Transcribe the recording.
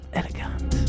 elegant